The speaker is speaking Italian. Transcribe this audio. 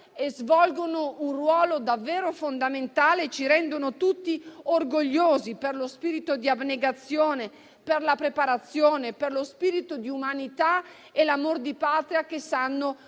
svolgono un ruolo davvero fondamentale e ci rendono tutti orgogliosi, per lo spirito di abnegazione, per la preparazione, per lo spirito di umanità e l'amor di patria che sanno